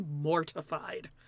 mortified